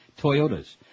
Toyotas